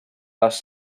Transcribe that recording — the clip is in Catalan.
les